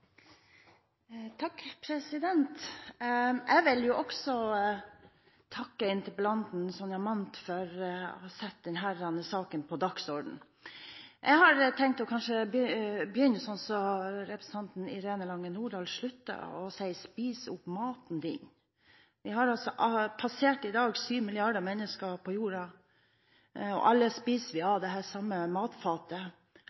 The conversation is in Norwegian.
vil også takke interpellanten, Sonja Mandt, for å ha satt denne saken på dagsordenen. Jeg har tenkt å begynne sånn som representanten Irene Lange Nordahl sluttet, og si: Spis opp maten din! Vi har i dag passert 7 mrd. mennesker på jorden, og alle spiser vi